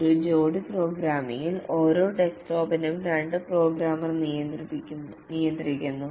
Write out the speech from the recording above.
ഒരു ജോഡി പ്രോഗ്രാമിംഗിൽ ഓരോ ഡെസ്ക്ടോപ്പിനെയും രണ്ട് പ്രോഗ്രാമർമാർ നിയന്ത്രിക്കുന്നു